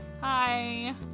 Hi